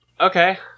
okay